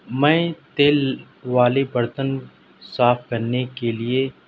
میں تیل والے برتن صاف کرنے کے لیے